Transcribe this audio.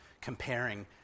comparing